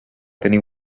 tenir